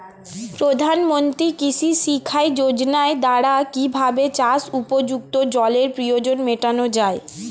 প্রধানমন্ত্রী কৃষি সিঞ্চাই যোজনার দ্বারা কিভাবে চাষ উপযুক্ত জলের প্রয়োজন মেটানো য়ায়?